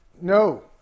No